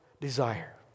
desire